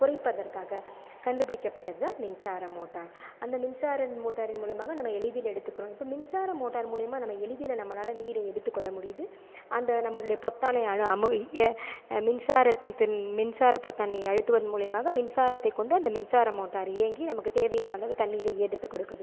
குறைப்பதற்காக கண்டுபிடிக்கப்பட்டது தான் மின்சார மோட்டார் அந்த மின்சார மோட்டாரின் மூலமாக நம்ம எளிதில் எடுத்துக்கிறோம் இப்போ மின்சார மோட்டார் மூலிமா நம்ம எளிதில் நம்மளால் நீரை எடுத்துக் கொள்ள முடியுது அந்த நம்மளுடைய பொத்தானை மின்சாரத்தின் மின்சார பொத்தானை அழுத்துவதன் மூலிமாக மின்சாரத்தைக் கொண்டு அந்த மின்சார மோட்டார் இயங்கி நமக்குத் தேவையான அளவு தண்ணிரை எடுத்து கொடுக்குது